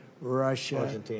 Russia